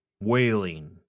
Wailing